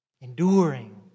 Enduring